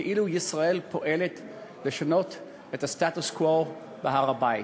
כאילו ישראל פועלת לשנות את הסטטוס-קוו בהר-הבית,